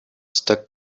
stuck